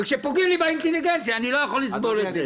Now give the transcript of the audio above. וכשפוגעים לי באינטליגנציה אני לא יכול לסבול את זה.